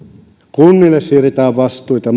kunnille maakunnille siirretään vastuita